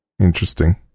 Interesting